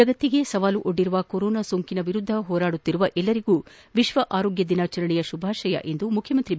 ಜಗತ್ತಿಗೆ ಸವಾಲು ಒಡ್ಡಿರುವ ಕೊರೊನಾ ಸೋಂಕಿನ ವಿರುದ್ಧ ಹೋರಾಡುತ್ತಿರುವ ಎಲ್ಲರಿಗೂ ವಿಶ್ವ ಆರೋಗ್ಯ ದಿನಾಚರಣೆಯ ಶುಭಾಶಯಗಳು ಎಂದು ಮುಖ್ಯಮಂತ್ರಿ ಬಿ